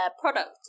product